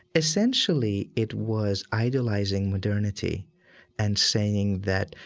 essentially it was idolizing modernity and saying that,